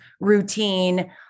routine